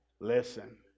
Listen